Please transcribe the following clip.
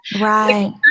Right